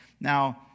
Now